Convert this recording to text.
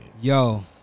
Yo